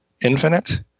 infinite